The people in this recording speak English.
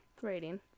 rating